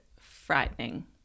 frightening